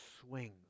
swings